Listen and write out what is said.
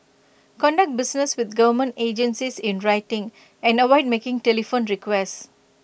conduct business with government agencies in writing and avoid making telephone requests